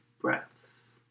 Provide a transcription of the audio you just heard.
breaths